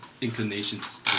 inclinations